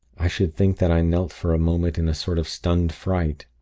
i should think that i knelt for a moment in a sort of stunned fright.